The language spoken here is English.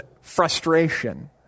frustration